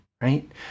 right